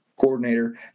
coordinator